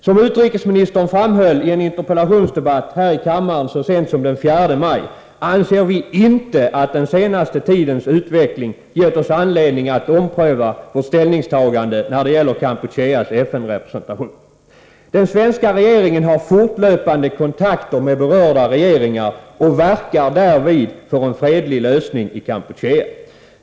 Som utrikesministern framhöll i en interpellationsdebatt här i kammaren så sent som den 4 maj anser vi inte att den senaste tidens utveckling gett oss anledning att ompröva vårt ställningstagande när det gäller Kampucheas FN-representation. Den svenska regeringen har fortlöpande kontakter med berörda regeringar och verkar därvid för en fredlig lösning i Kampuchea.